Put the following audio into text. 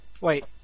Wait